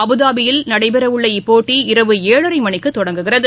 அபுதாபியில் நடைபெறவுள்ள இப்போட்டி இரவு ஏழரைமணிக்குதொடங்குகிறது